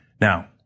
Now